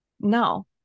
no